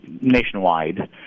nationwide